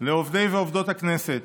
לעובדות ולעובדי הכנסת